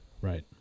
Right